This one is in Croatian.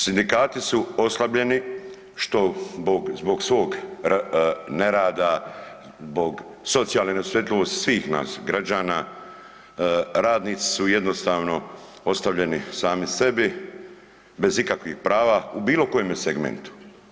Sindikati su oslabljeni što zbog svog nerada, zbog socijalne neosjetljivosti svih nas građana, radnici su jednostavno ostavljeni sami sebi bez ikakvih prava u bilo kojem segmentu.